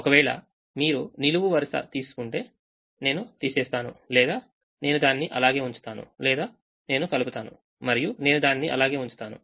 ఒకవేళ మీరు నిలువు వరుస తీసుకుంటే నేను తీసేస్తాను లేదా నేను దానిని అలాగే ఉంచుతాను లేదా నేనుకలుపుతాను మరియు నేను దానిని అలాగే ఉంచుతాను